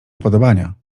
upodobania